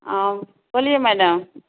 बोलिए मैडम